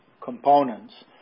components